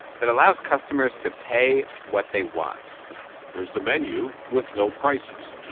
that allows customers to pay what they want there's the menu, with no prices,